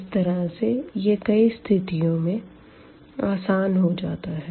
इस तरह से यह कई स्थितियों में आसान हो जाता है